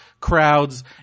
crowds